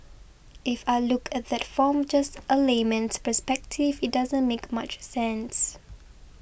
if I look at that from just a layman's perspective it doesn't make much sense